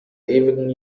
ewigen